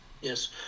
Yes